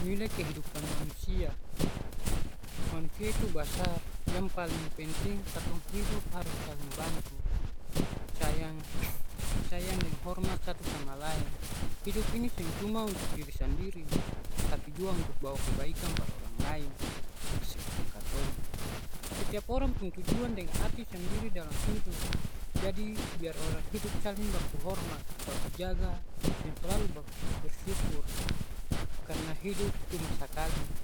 Nilai kehidupan manusia, manusia itu basar. Yang paling penting katong hidup harus saling bantu. Sayang sayang deng hormat satu sama laeng. Hidup ini seng cuma untuk diri sandiri, tapi jua untuk bawa kebaikan par orang laeng di sekitar katong. Setiap orang pung tujuan deng arti sandiri dalam hidup. Jadi biar orang hidup saling baku hormat, baku jaga, deng slalu ba- bersyukur. Karna hidup cuma sakali,